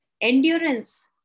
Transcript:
Endurance